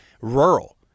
rural